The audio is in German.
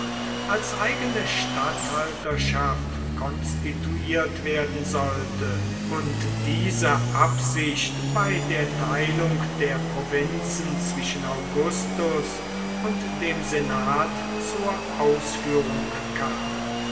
als eigene statthalterschaft konstituiert werden sollte und diese absicht bei der teilung der provinzen zwischen augustus und dem senat zur ausführung kam